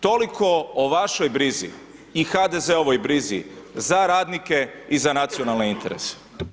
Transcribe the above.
Toliko o vašoj brizi i HDZ-ovoj brizi za radnike i za nacionalne interese.